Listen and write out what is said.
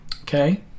Okay